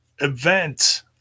event